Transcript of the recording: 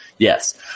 Yes